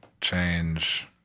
change